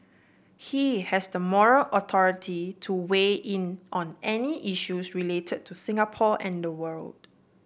he has the moral authority to weigh in on any issues related to Singapore and the world